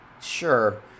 Sure